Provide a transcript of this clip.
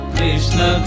Krishna